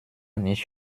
nicht